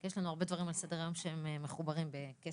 יש לנו הרבה דברים על סדר היום שהם מחוברים בכסף.